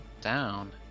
down